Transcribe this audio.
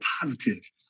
positive